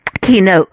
Keynote